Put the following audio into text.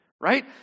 right